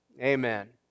Amen